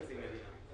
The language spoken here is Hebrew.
הציפייה היא לטפל